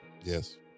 Yes